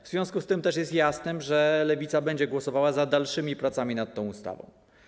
W związku z tym też jest jasne, że Lewica będzie głosowała za dalszymi pracami nad tą ustawą.